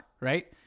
right